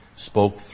spoke